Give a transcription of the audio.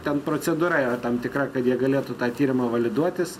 ten procedūra yra tam tikra kad jie galėtų tą tyrimą validuotis